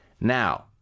Now